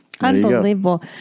Unbelievable